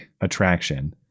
attraction